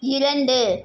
இரண்டு